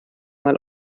mal